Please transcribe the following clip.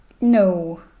No